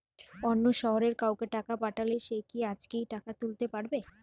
অন্য শহরের কাউকে টাকা পাঠালে সে কি আজকেই টাকা তুলতে পারবে?